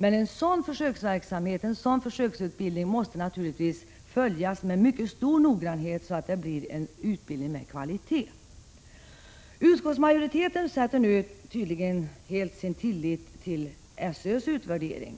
Men en sådan försöksutbildning måste naturligtvis följas med mycket stor uppmärksamhet så att det blir en utbildning med kvalitet. Utskottsmajoriteten sätter tydligen sin tillit helt till SÖ:s utvärdering.